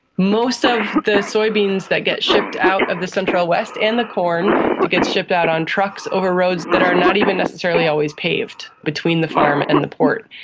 most of the soybeans that get shipped out of the central west and the corn that gets shipped out on trucks over roads that are not even necessarily always paved between the farm and the port.